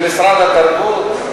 זה משרד התרבות?